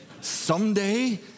Someday